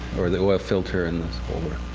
or the oil filter and